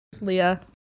Leah